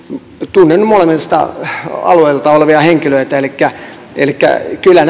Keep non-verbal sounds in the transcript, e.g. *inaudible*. tunnen molemmilta alueilta olevia henkilöitä elikkä elikkä kyllä *unintelligible*